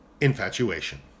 Infatuation